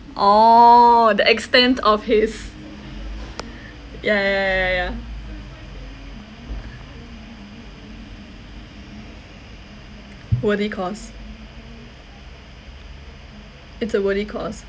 oh the extent of his ya ya ya ya ya worthy cause it's a worthy cause